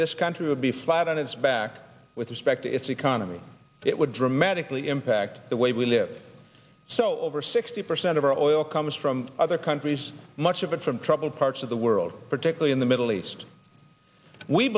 this country would be flat on its back with respect to its economy it would dramatically impact the way we live so over sixty percent of our oil comes from other countries much of it from troubled parts of the world particularly in the middle east we